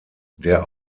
der